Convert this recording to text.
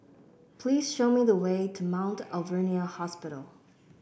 please show me the way to Mount Alvernia Hospital